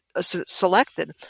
selected